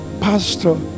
Pastor